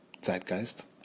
Zeitgeist